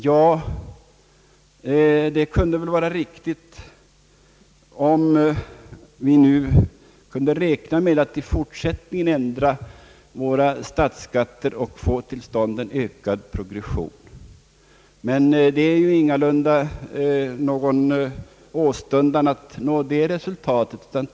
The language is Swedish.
Ja, det kunde väl vara riktigt, om vi nu kunde räkna med att i fortsättningen ändra våra statsskatter och få till stånd en ökad progression. Men det finns ingalunda någon åstundan att nå det resultatet.